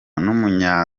n’umunya